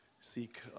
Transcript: seek